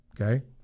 Okay